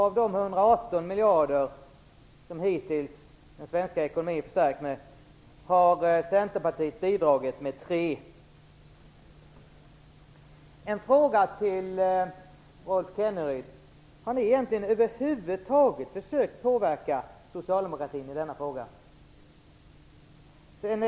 Av de 118 miljarder som den svenska ekonomin hittills förstärkts med har Centerpartiet bidragit med 3.